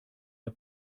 der